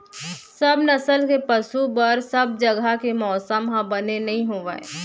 सब नसल के पसु बर सब जघा के मौसम ह बने नइ होवय